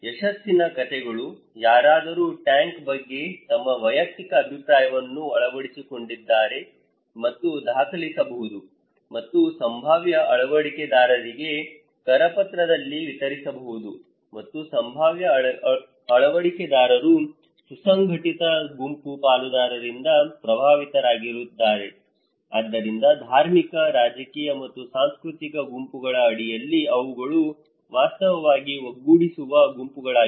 ಯಶಸ್ಸಿನ ಕಥೆಗಳು ಯಾರಾದರೂ ಟ್ಯಾಂಕ್ ಬಗ್ಗೆ ತಮ್ಮ ವೈಯಕ್ತಿಕ ಅಭಿಪ್ರಾಯವನ್ನು ಅಳವಡಿಸಿಕೊಂಡಿದ್ದಾರೆ ಮತ್ತು ದಾಖಲಿಸಬಹುದು ಮತ್ತು ಸಂಭಾವ್ಯ ಅಳವಡಿಕೆದಾರರಿಗೆ ಕರಪತ್ರದಲ್ಲಿ ವಿತರಿಸಬಹುದು ಮತ್ತು ಸಂಭಾವ್ಯ ಅಳವಡಿಕೆದಾರರು ಸುಸಂಘಟಿತ ಗುಂಪು ಪಾಲುದಾರರಿಂದ ಪ್ರಭಾವಿತರಾಗಿದ್ದಾರೆ ಆದ್ದರಿಂದ ಧಾರ್ಮಿಕ ರಾಜಕೀಯ ಮತ್ತು ಸಾಂಸ್ಕೃತಿಕ ಗುಂಪುಗಳ ಅಡಿಯಲ್ಲಿ ಇವುಗಳು ವಾಸ್ತವವಾಗಿ ಒಗ್ಗೂಡಿಸುವ ಗುಂಪುಗಳಾಗಿವೆ